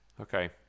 Okay